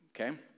Okay